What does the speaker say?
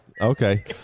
okay